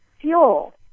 fuel